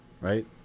right